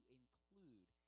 include